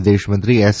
વિદેશ મંત્રી એસ